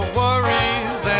worries